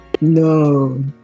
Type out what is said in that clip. No